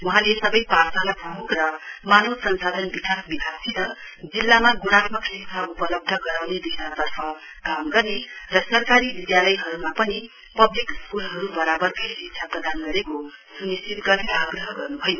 वहाँले सवै पाठशाला प्रमुख र मानव संसाधन विकास विभागसित जिल्लामा गुणात्मक शिक्षा उपलब्ध गराउने दिशातर्फ काम गर्ने र सरकारी विधालयहरुमा पनि पब्लिक स्कूलहरु वरावरकै शिक्षा प्रदान गरेको सुनिश्चित गर्ने आग्रह गर्नुभयो